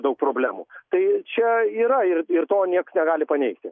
daug problemų tai čia yra ir ir to nieks negali paneigti